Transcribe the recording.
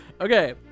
Okay